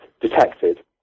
detected